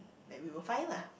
like we were fine lah